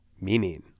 meaning